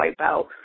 wipeout